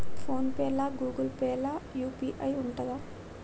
Phone pay లా Google Pay లా UPI ఉంటదా?